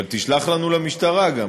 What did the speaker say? אבל תשלח לנו למשטרה גם